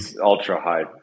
ultra-high